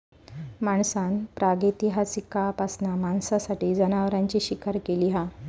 माणसान प्रागैतिहासिक काळापासना मांसासाठी जनावरांची शिकार केली हा